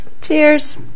Cheers